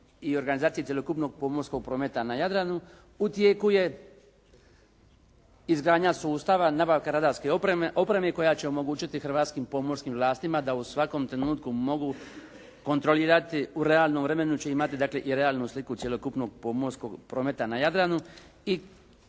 i organizaciji cjelokupnog pomorskog prometa na Jadranu. U tijeku je izgradnja sustava, nabavka radarske opreme koja će omogućiti hrvatskim pomorskim vlastima da u svakom trenutku mogu kontrolirati, u realnom vremenu će imati i realnu sliku cjelokupnog pomorskog prometa na Jadranu i